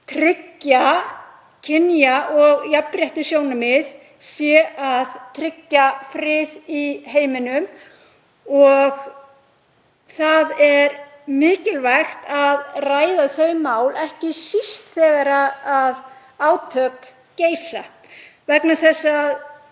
tryggja kynja- og jafnréttissjónarmið sé í rauninni að tryggja frið í heiminum. Það er mikilvægt að ræða þau mál, ekki síst þegar átök geisa, vegna þess að